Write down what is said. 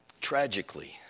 tragically